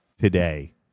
today